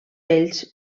ells